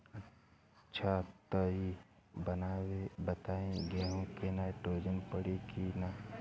अच्छा त ई बताईं गेहूँ मे नाइट्रोजन पड़ी कि ना?